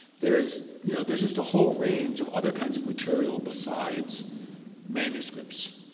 there's you know there's just a whole range of other kinds of material besides manuscripts.